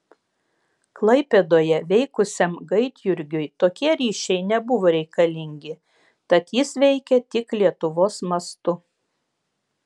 klaipėdoje veikusiam gaidjurgiui tokie ryšiai nebuvo reikalingi tad jis veikė tik lietuvos mastu